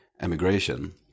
emigration